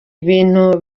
ibintu